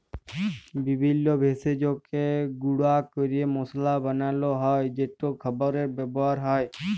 বিভিল্য ভেষজকে গুঁড়া ক্যরে মশলা বানালো হ্যয় যেট খাবারে ব্যাবহার হ্যয়